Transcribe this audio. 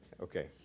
okay